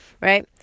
Right